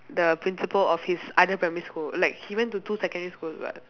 the principal of his other primary school like he went to two secondary schools [what]